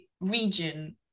region